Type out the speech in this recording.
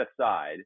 aside